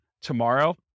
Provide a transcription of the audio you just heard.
tomorrow